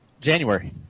January